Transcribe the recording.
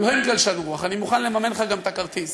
אני מוכן לממן לך גם את הכרטיס.